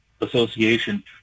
association